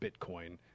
Bitcoin